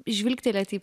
žvilgtelėt į